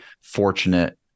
fortunate